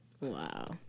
Wow